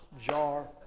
jar